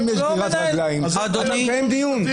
אם יש גרירת רגליים, היית מקיים דיון.